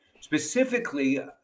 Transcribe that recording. specifically